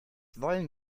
wollen